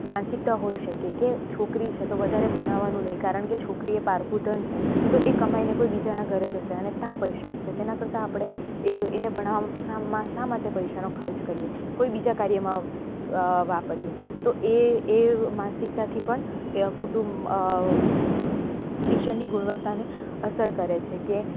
માનસિકતા હોઈ શકે કે છોકરી છે તો વધારે ભણાવાનું નહીં કારણ કે છોકરી એ પારકું ધન છે તો એ કમાઈને કોઈ બીજાના ઘરે જશે અને ત્યાં પૈસા આપશે તેના કરતાં આપણે એ એને ભણાવવા શા માટે પૈસાનો ખર્ચ કરીએ કોઈ બીજા કાર્યમાં વાપરીએ તો એ એ માનસિકતાથી પણ એ કુટુંબ શિક્ષણની ગુણવત્તાને અસર કરે છે કે